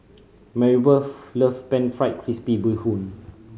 Maribeth love Pan Fried Crispy Bee Hoon